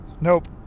Nope